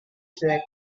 track